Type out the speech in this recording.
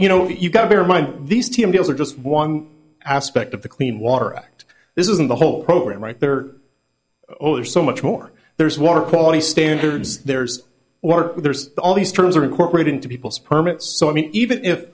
you know you've got bear in mind these team deals are just one aspect of the clean water act this isn't the whole program right there are so much more there's water quality standards there's water there's all these terms are incorporated into people's permits so i mean even if